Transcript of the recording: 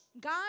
God